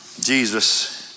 Jesus